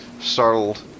startled